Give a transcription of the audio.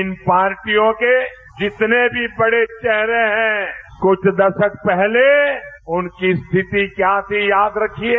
इन पार्टियों के जितने भी बड़े चेहरे हैं कुछ दशक पहले उनकी स्थिति क्या थी याद रखिये